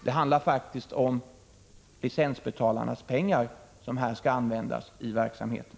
Det är faktiskt licensbetalarnas pengar som skall användas i verksamheten.